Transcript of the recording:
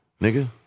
nigga